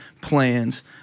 plans